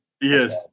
Yes